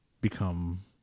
become